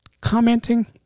commenting